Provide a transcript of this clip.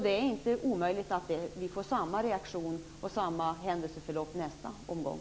Det är inte omöjligt att det blir samma reaktion och samma händelseförlopp nästa omgång.